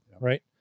right